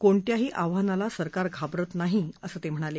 कोणत्याही आव्हानाला सरकार घाबरत नाही असं ते म्हणाले